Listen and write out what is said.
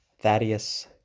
Thaddeus